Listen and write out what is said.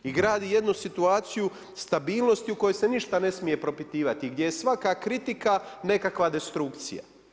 I gradi jednu situaciju, stabilnosti u kojoj se ništa ne smije propitivati, gdje je svaka kritika, nekakva destrukcija.